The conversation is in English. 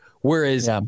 Whereas